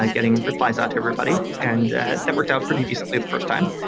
ah getting replies out to everybody, and that worked out pretty decently the first time.